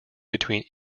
between